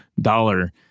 dollar